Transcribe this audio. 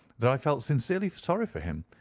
that i felt sincerely sorry for him,